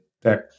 tech